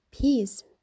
Peace